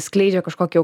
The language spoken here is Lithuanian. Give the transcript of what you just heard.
skleidžia kažkokį jau